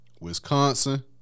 Wisconsin